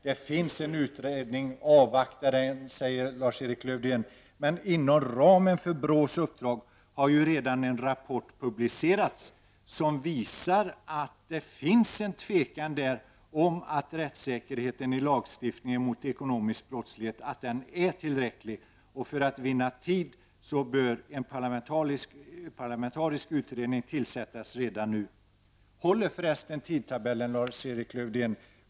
Det finns en utredning, avvakta den, säger Lars Erik Lövdén. Men inom ramen för BRÅ:s uppdrag har ju redan en rapport publicerats. Den visar att det finns tveksamheter kring huruvida rättssäkerheten i lagstiftningen mot ekonomisk brottslighet är tillräcklig. För att vinna tid bör en parlamentarisk utredning tillsättas redan nu. Håller förresten tidtabellen, Lars-Erik Lövdén?